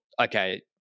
okay